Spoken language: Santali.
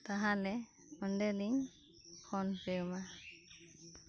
ᱛᱟᱦᱚᱞᱮ ᱚᱸᱰᱮᱞᱤᱧ ᱯᱷᱳᱱᱯᱮᱭᱟᱢᱟ